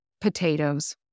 potatoes